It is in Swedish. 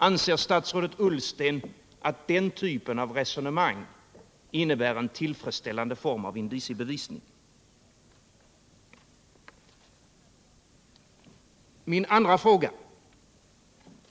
Anser statsrådet Ullsten att den typen av resonemang innebär en tillfredsställande form av indiciebevisning? ök sie or SKR 2.